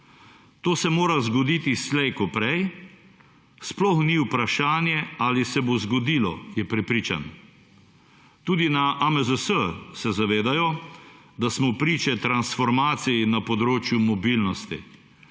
To se mora zgoditi slej ko prej, sploh ni vprašanje ali se bo zgodilo, je prepričan. Tudi na AMZS se zavedajo, da smo priče transformaciji na področju mobilnost.